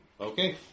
Okay